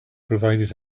provided